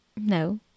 No